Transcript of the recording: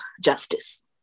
justice